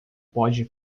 pode